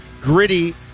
gritty